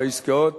והעסקאות